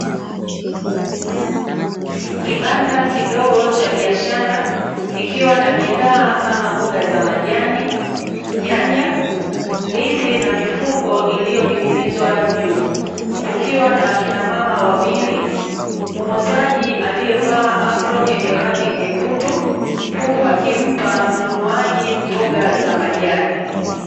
Kibanda kidogo cha biashara, kikiwa na bidhaa kama mboga za majani, nyanya, ndizi na mifuko iliyoning'inizwa juu. Kukiwa na wakina mama wawili, muuzaji aliyevaa aproni yenye rangi nyekundu huku akimpa mnunuaji mboga za majani.